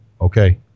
okay